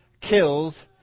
kills